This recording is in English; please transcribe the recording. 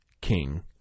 King